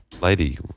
lady